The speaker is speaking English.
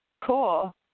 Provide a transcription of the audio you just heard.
Cool